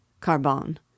Carbon